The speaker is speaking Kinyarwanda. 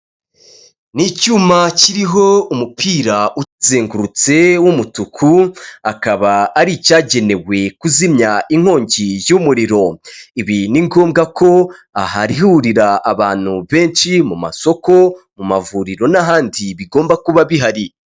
Ni icyuma kiriho umupira ukizengurutse w'umutuku, akaba ari icyagenewe kuzimya inkongi y'umuriro, ibi ni ngombwa ko ahahurira abantu benshi mu masoko, mu mavuriro n'ahandi bigomba kuba bihari.